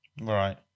Right